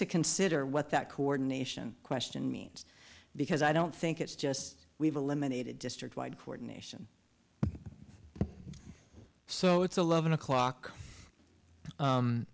to consider what that coordination question means because i don't think it's just we've eliminated district wide coordination so it's eleven o'clock